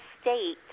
state